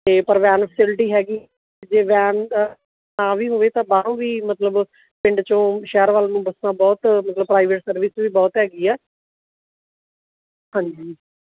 ਅਤੇ ਪਰ van facility ਹੈਗੀ ਜੇ ਵੈਨ ਅ ਨਾ ਵੀ ਹੋਵੇ ਤਾਂ ਬਾਹਰੋਂ ਵੀ ਮਤਲਬ ਪਿੰਡ 'ਚੋਂ ਸ਼ਹਿਰ ਵੱਲ ਨੂੰ ਬਸਾਂ ਬਹੁਤ ਮਤਲਬ ਪ੍ਰਾਈਵੇਟ ਸਰਵਿਸ ਵੀ ਬਹੁਤ ਹੇਗੀ ਹੈ ਹਾਂਜੀ